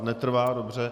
Netrvá, dobře.